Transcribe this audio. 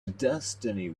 destiny